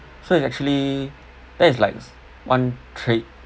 so it's actually that is like one trait